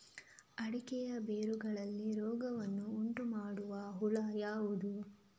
ಅಡಿಕೆಯ ಬೇರುಗಳಲ್ಲಿ ರೋಗವನ್ನು ಉಂಟುಮಾಡುವ ಹುಳು ಯಾವುದು?